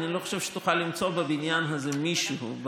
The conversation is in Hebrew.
אני לא חושב שתוכל למצוא בבניין הזה מישהו,